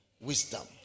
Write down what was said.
wisdom